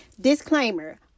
disclaimer